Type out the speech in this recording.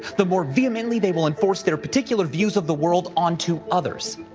the more vehemently they will enforce their particular views of the world on to others.